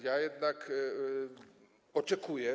Ja jednak oczekuję.